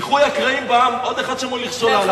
איחוי הקרעים בעם, עוד אחד שמוליך שולל.